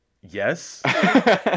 yes